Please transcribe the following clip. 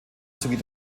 sowie